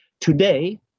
Today